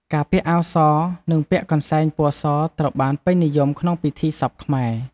ការពាក់អាវស និងពាក់កន្សែងពណ៌សត្រូវបានពេញនិយមក្នុងពិធីសពខ្មែរ។